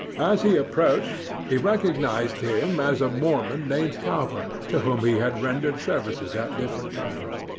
as he approached, he recognized him as a mormon named cowper, to whom he had rendered services at different times.